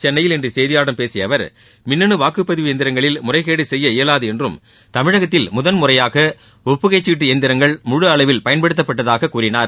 சென்னையில் இன்று செய்தியாளர்களிடம் பேசிய அவர் மின்னனு வாக்குப்பதிவு எந்திரங்களில் முறைகேடு செய்ய இயலாது என்றும் தமிழகத்தில் முதல் முறையாக ஒப்புகைச் சீட்டு எந்திரங்கள் முழு அளவில் பயன்படுத்தப்பட்டதாகக் கூறினார்